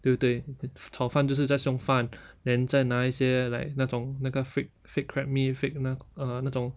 对不对炒饭就是在用饭 then 再拿一些 like 那种那个 fake fake crab meat fake 那 uh 那种